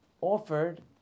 offered